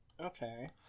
Okay